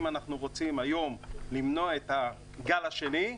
אם אנחנו רוצים היום למנוע את הגל השני,